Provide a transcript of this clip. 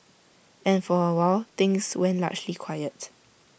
and for awhile things went largely quiet